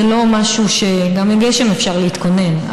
גם לגשם אפשר להתכונן,